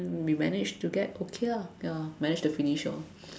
we managed to get okay ah ya managed to finish lor